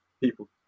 People